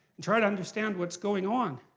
and try to understand what's going on.